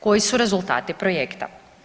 Koji su rezultati projekta?